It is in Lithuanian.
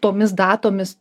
tomis datomis